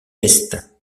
est